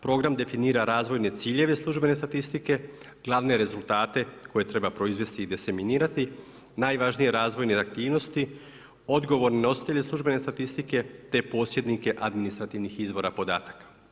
Program definira razvojne ciljeve službene statistike, glavne rezultate koje treba proizvesti i desiminirati, najvažnije razvojne aktivnosti, odgovorni nositelji službene statistike te posjednike administrativnih izvora podataka.